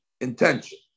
intention